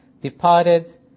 departed